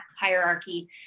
hierarchy